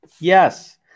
Yes